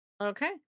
Okay